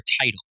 title